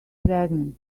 pregnant